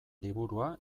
liburua